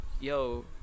yo